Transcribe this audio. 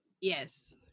Yes